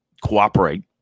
cooperate